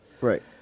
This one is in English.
Right